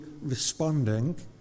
responding